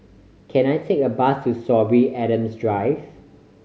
can I take a bus to Sorby Adams Drive